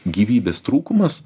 gyvybės trūkumas